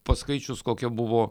paskaičius kokia buvo